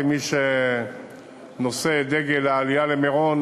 כמי שנושא את דגל העלייה למירון,